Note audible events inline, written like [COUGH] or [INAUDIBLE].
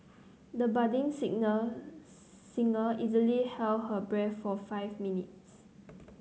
the budding [UNINTELLIGIBLE] singer easily held her breath for five minutes